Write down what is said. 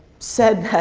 said